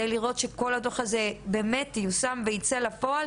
מנת לראות שבעצם כל הדו"ח הזה באמת ייושם ויצא לפועל